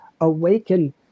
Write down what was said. awaken